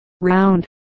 round